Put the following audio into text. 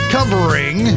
Covering